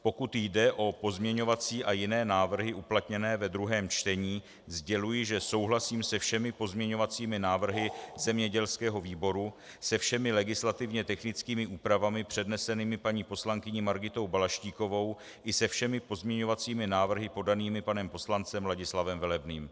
Pokud jde o pozměňovací a jiné návrhy uplatněné ve druhém čtení, sděluji, že souhlasím se všemi pozměňovacími návrhy zemědělského výboru, se všemi legislativně technickými úpravami přednesenými paní poslankyní Margitou Balaštíkovou i se všemi pozměňovacími návrhy podanými panem poslancem Ladislavem Velebným.